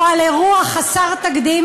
או אירוע חסר תקדים,